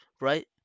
right